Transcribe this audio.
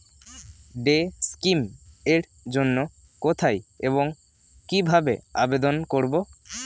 Day scheme এর জন্য কোথায় এবং কিভাবে আবেদন করব?